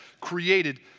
created